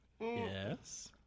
Yes